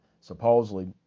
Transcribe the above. supposedly